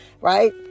right